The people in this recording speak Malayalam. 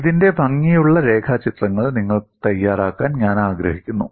ഇതിന്റെ ഭംഗിയുള്ള രേഖാചിത്രങ്ങൾ നിങ്ങൾ തയ്യാറാക്കാൻ ഞാൻ ആഗ്രഹിക്കുന്നു